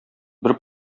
бер